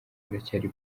baracyari